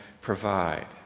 provide